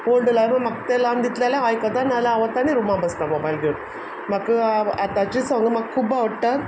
old म्हाका तें लावन दिल्यार हांव आयकतां ना जाल्यार हांव येता आनी रुमांत बसता मोबायल घेवून म्हाका आतांचीं सोंगां म्हाका खूब आवडटात